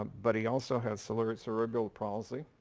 um but he also had so ah cerebral palsy,